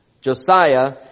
Josiah